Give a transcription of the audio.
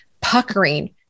puckering